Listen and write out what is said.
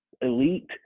elite